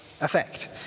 effect